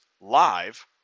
live